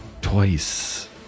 Twice